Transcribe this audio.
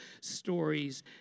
stories